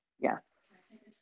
Yes